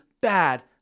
bad